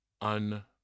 un